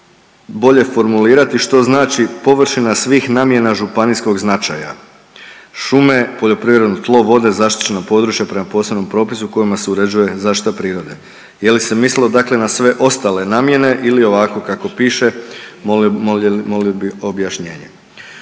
bolje formulirati što znači površina svih namjena županijskog značaja. Šume, poljoprivredno tlo, vode, zaštićena područja prema posebnom propisu kojima se uređuje zaštita prirode. Je li se mislilo, dakle na sve ostale namjene ili ovako kako piše molio bih objašnjenje.